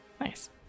Nice